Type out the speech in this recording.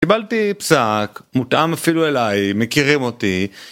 קיבלתי פסק, מותאם אפילו אליי, מכירים אותי